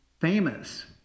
famous